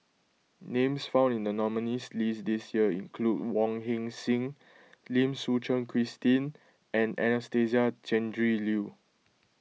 names found in the nominees' list this year include Wong Heck Sing Lim Suchen Christine and Anastasia Tjendri Liew